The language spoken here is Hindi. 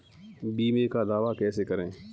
बीमे का दावा कैसे करें?